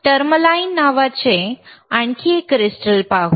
tourmaline नावाचे आणखी एक क्रिस्टल पाहू